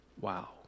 Wow